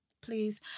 Please